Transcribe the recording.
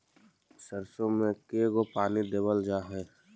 सरसों में के गो पानी देबल जा है?